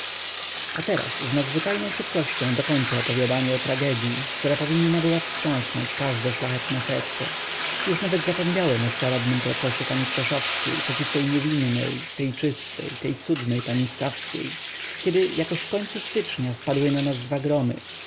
a teraz z nadzwyczajną szybkością dokończę opowiadania o tragedyi która powinna była wstrząsnąć każde szlachetne serce już nawet zapomniałem o szkaradnym procesie pani krzeszowskiej przeciw tej niewinnej tej czystej tej cudnej pani stawskiej kiedy jakoś w końcu stycznia spadły na nas dwa gromy